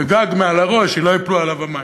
וגג מעל לראש, שלא ייפלו עליו המים".